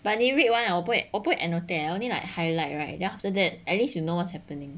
but 你 read 完 liao 不会不会 annotate eh only like highlight right then after that at least you know what's happening